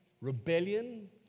rebellion